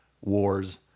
wars